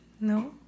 No